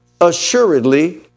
assuredly